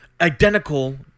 identical